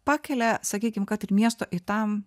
pakelia sakykim kad ir miesto į tam